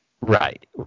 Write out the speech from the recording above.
Right